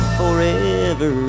forever